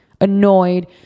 annoyed